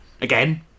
again